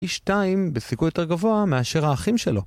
פי 2 בסיכוי יותר גבוה מאשר האחים שלו